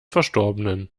verstorbenen